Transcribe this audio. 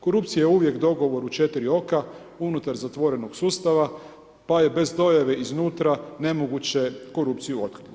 Korupcija je uvijek dogovor u 4 oka unutar zatvorenog sustava, pa je bez dojave iz unutra nemoguće korupciju otkriti.